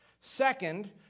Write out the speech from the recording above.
Second